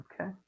okay